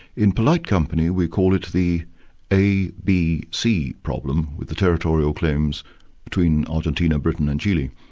in polite company we call it the a b c problem, with the territorial claims between argentina, britain and chile.